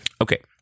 Okay